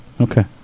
Okay